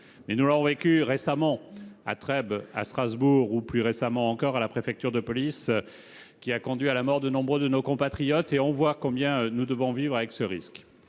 Nous l'avons vécu récemment à Trèbes, à Strasbourg ou, plus récemment encore, à la préfecture de police de Paris, avec la mort de nombre de nos compatriotes. Oui, l'on voit combien nous devons vivre avec ce risque.